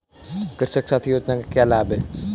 कृषक साथी योजना के क्या लाभ हैं?